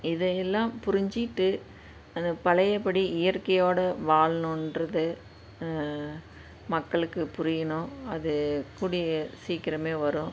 இதை எல்லாம் புரிஞ்சிட்டு அந்த பழையபடி இயற்கையோடு வாழணுன்றது மக்களுக்கு புரியணும் அது கூடிய சீக்கரமே வரும்